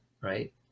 Right